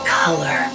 color